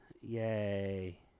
Yay